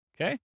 Okay